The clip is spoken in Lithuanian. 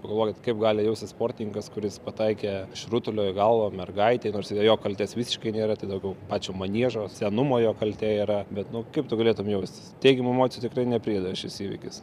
pagalvokit kaip gali jaustis sportininkas kuris pataikė iš rutulio į galvą mergaitei nors ir ne jo kaltės visiškai nėra tai daugiau pačio maniežo senumo jo kaltė yra bet nu kaip tu galėtum jaustis teigiamų emocijų tikrai neprideda šis įvykis